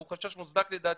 והוא חשש מוצדק לדעתי,